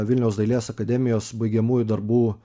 vilniaus dailės akademijos baigiamųjų darbų